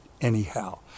anyhow